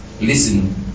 Listen